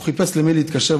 הוא חיפש למי להתקשר,